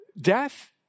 Death